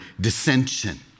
dissension